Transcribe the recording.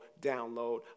download